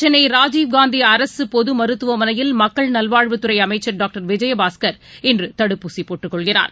சென்னைராஜீவ் காந்திஅரசுபொதுமருத்துவமனையில் இந்நிலையில் மக்கள் நல்வாழ்வுத்துறைஅமைச்சர் டாக்டர் விஜயபாஸ்கர் இன்றுதடுப்பூசிபோட்டுக் கொள்கிறார்